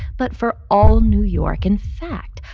but for all new york. in fact,